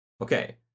okay